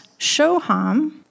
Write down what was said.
shoham